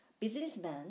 businessman